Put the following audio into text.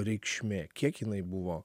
reikšmė kiek jinai buvo